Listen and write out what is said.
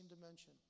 dimension